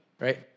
right